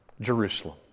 Jerusalem